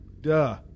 duh